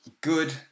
good